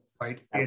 right